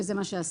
וזה מה שעשינו.